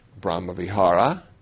Brahma-Vihara